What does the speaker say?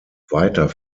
weiter